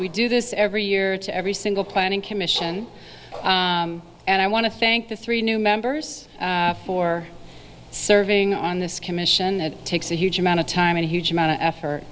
we do this every year to every single planning commission and i want to thank the three new members for serving on this commission it takes a huge amount of time and a huge amount of effort